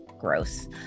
gross